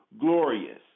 glorious